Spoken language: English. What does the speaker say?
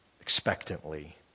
expectantly